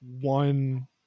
one